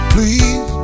Please